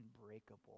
unbreakable